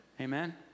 Amen